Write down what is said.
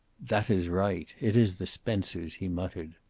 that is right. it is the spencers, he muttered.